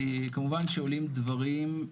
כמובן שעולים דברים,